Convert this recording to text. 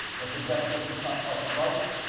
if the definition's not quite right,